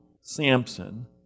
Samson